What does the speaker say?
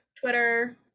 Twitter